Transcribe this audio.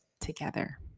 together